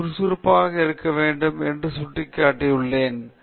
நான் சுறுசுறுப்பாக இருக்க வேண்டும் என்று சுட்டிக் காட்டினேன்